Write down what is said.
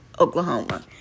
Oklahoma